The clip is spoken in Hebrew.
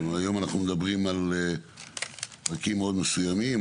היום אנחנו מדברים על פרקים מאוד מסוימים,